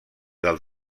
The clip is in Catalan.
del